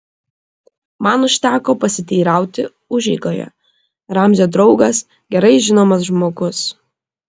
man užteko pasiteirauti užeigoje ramzio draugas gerai žinomas žmogus